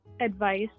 advice